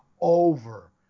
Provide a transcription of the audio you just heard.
over